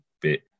bit